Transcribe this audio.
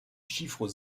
chiffre